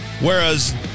whereas